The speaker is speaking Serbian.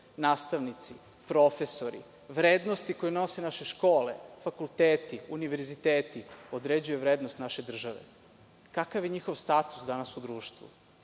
nastavnici, profesori, vrednosti koje nose naše škole, fakulteti, univerziteti određuju vrednost naše države. Kakav je njihov status danas u društvu? Umesto